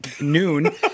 noon